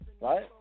Right